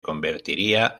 convertiría